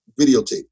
videotape